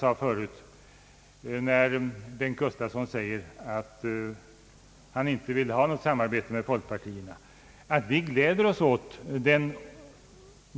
Herr Bengt Gustavsson säger slutligen att han inte vill ha något samarbete med folkpartiet.